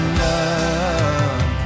love